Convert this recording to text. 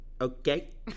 Okay